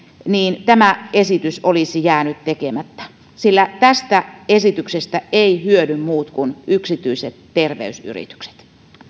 niin tämä esitys olisi jäänyt tekemättä sillä tästä esityksestä eivät hyödy muut kuin yksityiset terveysyritykset